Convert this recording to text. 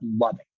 loving